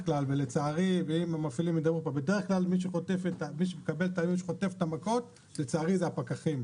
ולצערי, בדרך כלל מי שחוטף את המכות זה הפקחים,